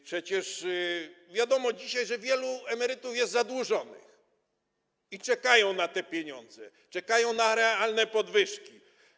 Przecież wiadomo dzisiaj, że wielu emerytów jest zadłużonych i oni czekają na te pieniądze, czekają na realne podwyżki.